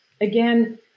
Again